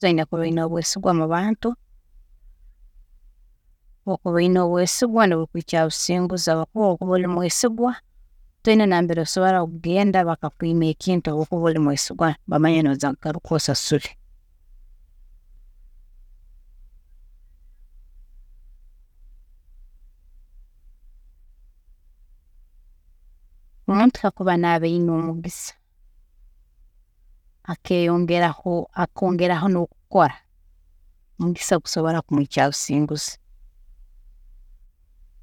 Haza oyine Obu okuba oyine obwesigwa mubantu, obu okuba oyine obwesigwa nibukuhikya habusinguzi habwokuba obu okuba ori mwesigwa, toine nambere osobola kugenda bakakwiima ekintu habwokuba ori mwesigwa nibamanya noija kugaruka osasure. Omuntu kakuba naaba ayine omugisa akeyongeraho nokukora, omugisa gusobola kumuhikya habusinguzi.